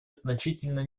значительно